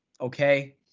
okay